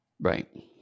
Right